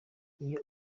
iyo